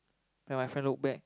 then my friend look back